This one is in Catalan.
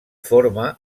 forma